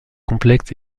complexe